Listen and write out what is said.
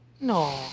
No